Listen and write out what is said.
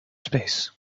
space